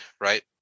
right